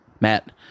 Matt